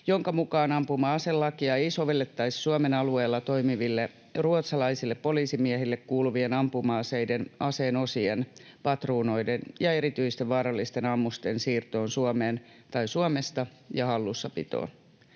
jonka mukaan ampuma-aselakia ei sovellettaisi Suomen alueella toimiville ruotsalaisille poliisimiehille kuuluvien ampuma-aseiden, aseen osien, patruunoiden ja erityisten vaarallisten ammusten siirtoon Suomeen tai Suomesta ja hallussapitoon.